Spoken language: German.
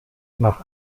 nach